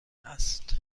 است